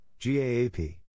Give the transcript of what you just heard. GAAP